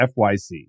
FYC